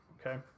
okay